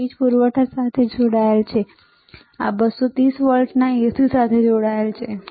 આ વીજ પૂરવઠા સાથે જોડાયેલ છે આ 230 વોલ્ટના AC સાથે જોડાયેલ છે